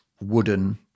wooden